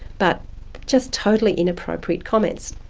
but just totally inappropriate comments.